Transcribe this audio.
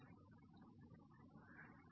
ছাত্র হ্যাঁ